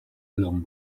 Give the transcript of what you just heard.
along